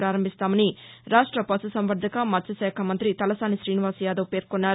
ప్రారంభిస్తామని రాష్ట పశుసంవర్గక మత్స్టశాఖ మంతి తలసాని శీనివాస్ యాదవ్ పేర్కొన్నారు